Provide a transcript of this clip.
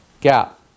gap